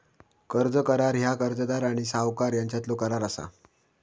कर्ज करार ह्या कर्जदार आणि सावकार यांच्यातलो करार असा